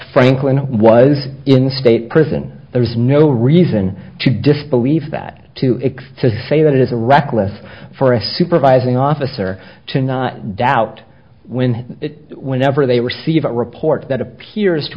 franklin was in the state prison there is no reason to disbelieve that to extend to say that it is a reckless for a supervising officer to not doubt when it whenever they receive a report that appears to